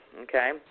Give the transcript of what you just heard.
okay